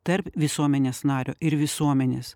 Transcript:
tarp visuomenės nario ir visuomenės